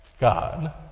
God